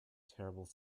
terrible